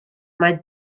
mae